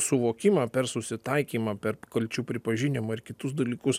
suvokimą per susitaikymą per kalčių pripažinimą ir kitus dalykus